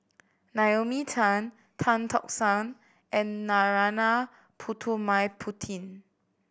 Naomi Tan Tan Tock San and Narana Putumaippittan